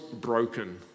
broken